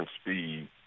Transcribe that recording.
speed